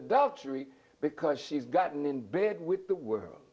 adultery because she's gotten in bed with the world